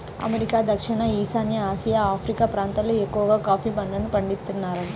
America, దక్షిణ ఈశాన్య Asia, Africa ప్రాంతాలల్లో ఎక్కవగా కాఫీ పంటను పండిత్తారంట